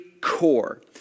Core